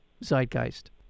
zeitgeist